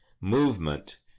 movement